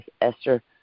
Esther